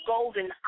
Golden